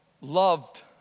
loved